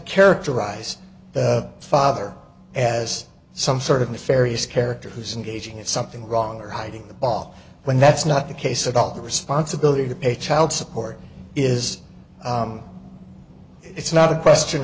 characterize the father as some sort of nefarious character who's in gauging is something wrong or hiding the ball when that's not the case at all the responsibility to pay child support is it's not a question